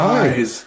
eyes